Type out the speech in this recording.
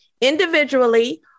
individually